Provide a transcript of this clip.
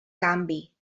canvi